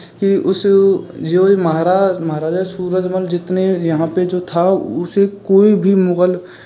कि उस जो ये महराज महाराजा सूरजमल जितने यहाँ पे जो था उसे कोई भी मुगल